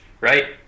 right